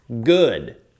good